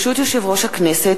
היום יום רביעי,